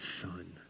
son